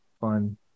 fun